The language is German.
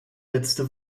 letzte